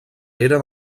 era